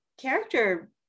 character